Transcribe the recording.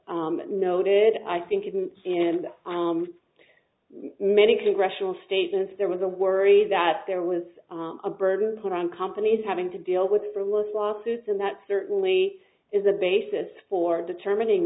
noted i think in in many congressional statements there was a worry that there was a burden put on companies having to deal with for lists lawsuits and that certainly is a basis for determining